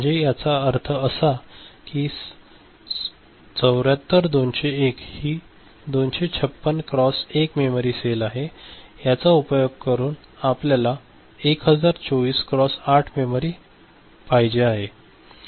म्हणजे याचा अर्थ असा की 74201 ही 256 क्रॉस 1 मेमरी सेल आहे आणि याचा उपयोग करून आपल्याला 1024 क्रॉस 8 ची मेमरी पाहिजे आहे